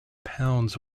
pounds